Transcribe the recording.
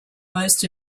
most